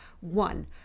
One